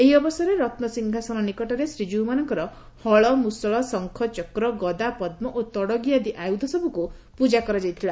ଏହି ଅବସରେ ରନ୍ସଂହାସନ ନିକଟରେ ଶ୍ରୀଜୀଉମାନଙ୍କର ହଳ ମୃଷଳ ଶଙ୍କ ଚକ୍ର ଗଦା ପଦ୍ମ ଓ ତଡଗୀ ଆଦି ଆୟୂଧ ସବୁକୁ ପୂଜା କରାଯାଇଥିଲା